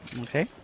Okay